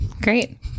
Great